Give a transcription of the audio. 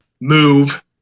move